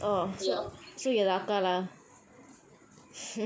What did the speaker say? ya then my அம்மா அப்பா:amma appa